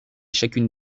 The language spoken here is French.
chacune